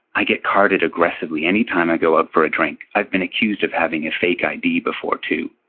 i get carded aggressively anytime i go out for a drink. i've been accused of having a fake i d. before, too.